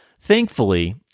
Thankfully